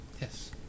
Yes